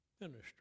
minister